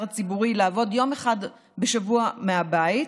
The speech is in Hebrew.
הציבורי לעבוד יום אחד בשבוע מהבית